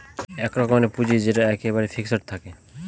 এক রকমের পুঁজি যেটা এক্কেবারে ফিক্সড থাকে